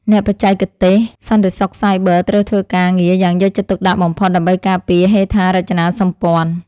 អ្នកបច្ចេកទេសសន្តិសុខសាយប័រត្រូវធ្វើការងារយ៉ាងយកចិត្តទុកដាក់បំផុតដើម្បីការពារហេដ្ឋារចនាសម្ព័ន្ធ។